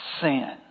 Sin